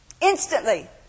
Instantly